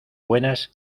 buenas